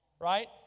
right